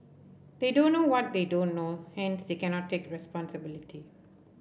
they don't know what they don't know hence they cannot take responsibility